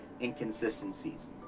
inconsistencies